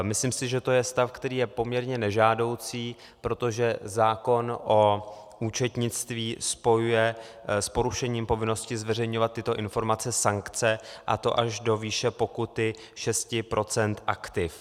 Myslím si, že to je stav, který je poměrně nežádoucí, protože zákon o účetnictví spojuje s porušením povinnosti zveřejňovat tyto informace sankce, a to až do výše pokuty 6 % aktiv.